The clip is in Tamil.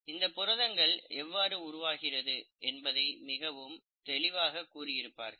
இதில் புரதங்கள் எவ்வாறு உருவாகிறது என்பதை மிகவும் தெளிவாக கூறியிருப்பார்கள்